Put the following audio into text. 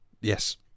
yes